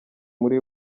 muri